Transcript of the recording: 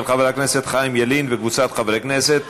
של חבר הכנסת חיים ילין וקבוצת חברי הכנסת,